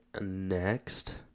next